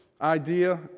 idea